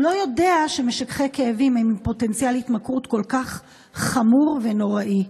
הוא לא יודע שמשככי כאבים הם עם פוטנציאל התמכרות כל כך חמור ונוראי.